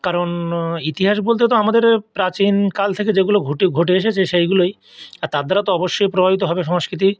কারণ ইতিহাস বলতে তো আমাদের প্রাচীন কাল থেকে যেগুলো ঘটে এসেছে সেইগুলোই আর তার দ্বারা তো অবশ্যই প্রভাবিত হবে সংস্কৃতি